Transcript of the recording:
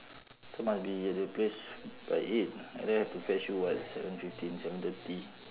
so must be at the place by eight and then have to fetch you what seven fifteen seven thirty